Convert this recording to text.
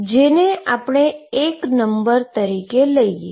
જે નંબર 1 તરીકે લઈએ